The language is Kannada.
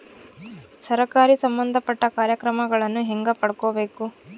ಸರಕಾರಿ ಸಂಬಂಧಪಟ್ಟ ಕಾರ್ಯಕ್ರಮಗಳನ್ನು ಹೆಂಗ ಪಡ್ಕೊಬೇಕು?